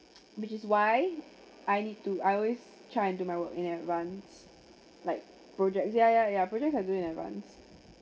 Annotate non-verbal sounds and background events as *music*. *noise* which is why I need to I always try and do my work in advance like projects ya ya ya projects I do in advance